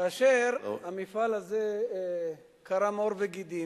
כאשר המפעל הזה קרם עור וגידים,